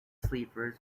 sleepers